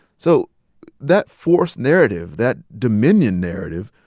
so that force narrative, that dominion narrative,